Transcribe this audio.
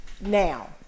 now